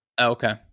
Okay